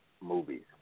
movies